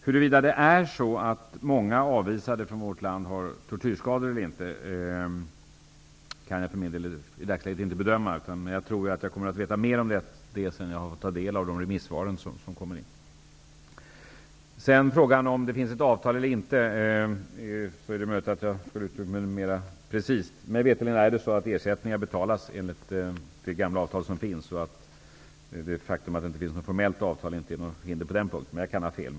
Huruvida det är så att många som avvisas från vårt land är tortyrskadade eller inte kan jag i dagsläget inte bedöma. Men jag tror att jag kommer att få veta mer om detta när jag har tagit del av remissvaren. Vidare har vi frågan om det finns ett avtal. Det är möjligt att jag skulle ha uttryckt mig mera precist. Mig veterligen betalas ersättningar ut enligt det gamla avtalet. Det faktum att det inte finns något formellt avtal är inte något hinder på den punkten. Men jag kan ha fel.